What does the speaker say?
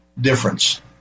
difference